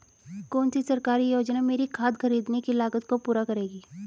कौन सी सरकारी योजना मेरी खाद खरीदने की लागत को पूरा करेगी?